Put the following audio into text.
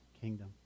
kingdom